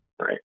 Right